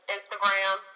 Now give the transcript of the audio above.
Instagram